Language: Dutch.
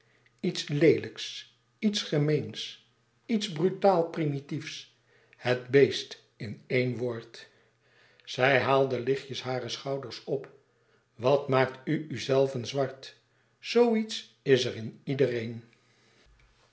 iets leelijks iets gemeens iets brutaal primitiefs het beest in een woord zij haalde lichtjes hare schouders op wat maakt u uzelven zwart zoo iets is er in